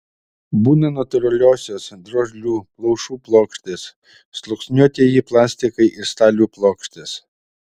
būna natūraliosios drožlių plaušų plokštės sluoksniuotieji plastikai ir stalių plokštės